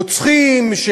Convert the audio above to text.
רוצחים של,